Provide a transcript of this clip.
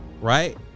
right